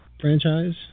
Franchise